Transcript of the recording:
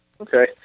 Okay